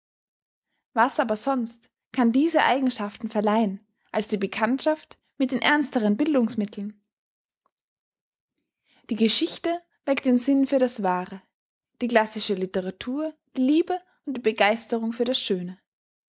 was aber sonst kann diese eigenschaften verleihen als die bekanntschaft mit den ernsteren bildungsmitteln die geschichte weckt den sinn für das wahre die klassische literatur die liebe und begeisterung für das schöne